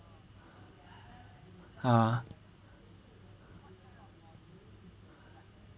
ah